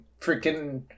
freaking